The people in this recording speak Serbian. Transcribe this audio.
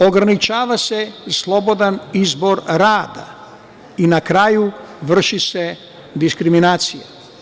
Ograničava se i slobodan izbor rada i na kraju, vrši se diskriminacija.